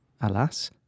Alas